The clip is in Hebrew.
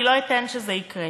אני לא אתן שזה יקרה.